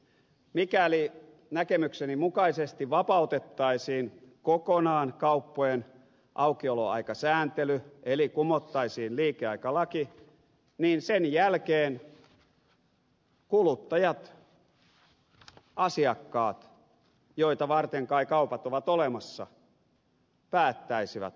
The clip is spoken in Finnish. mikäli näkemykseni mukaisesti vapautettaisiin kokonaan kauppojen aukioloaikasääntely eli kumottaisiin liikeaikalaki niin sen jälkeen kuluttajat asiakkaat joita varten kai kaupat ovat olemassa päättäisivät aukioloajoista